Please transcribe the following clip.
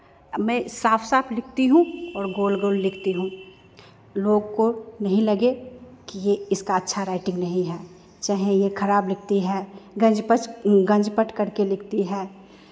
मैं साफ साफ लिखती हूँ और गोल गोल लिखती हूँ लोग को नहीं लगे कि इसका अच्छा राइटिंग नहीं है चाहे ये खराब लिखती है गजपच गचपट करके लिखती है